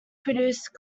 produced